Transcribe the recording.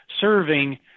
serving